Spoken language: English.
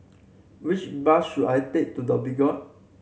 which bus should I take to Dhoby Ghaut